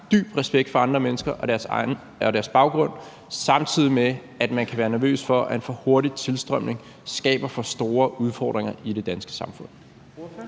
dyb respekt for andre mennesker og deres baggrund, samtidig med at man kan være nervøs for, at en for hurtig tilstrømning skaber for store udfordringer i det danske samfund.